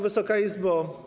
Wysoka Izbo!